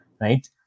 right